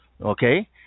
Okay